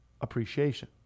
appreciation